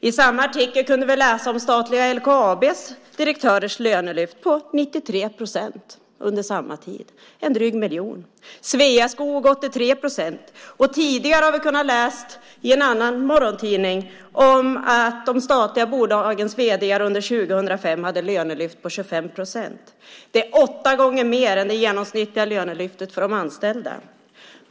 I samma artikel kunde vi läsa om statliga LKAB:s direktörs lönelyft på 93 procent under samma tid, en dryg miljon. I Sveaskog var det 83 procent. Och tidigare har vi kunnat läsa i en annan morgontidning om att de statliga bolagens vd:ar under 2005 hade ett lönelyft på 25 procent. Det är åtta gånger mer än det genomsnittliga lönelyftet för de anställda.